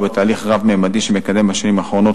ובתהליך רב-ממדי שהוא מקדם בשנים האחרונות,